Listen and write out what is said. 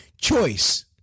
Choice